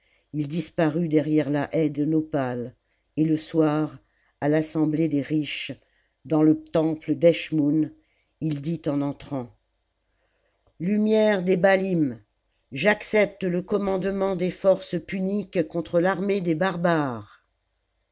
il disparut derrière la haie de nopals et le soir à l'assemblée des riches dans le temple d'eschmoûn il dit en entrant lumières des baahm j'accepte le commandement des forces puniques contre l'armée des barbares